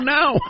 now